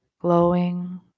glowing